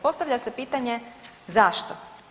Postavlja se pitanje zašto?